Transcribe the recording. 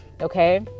okay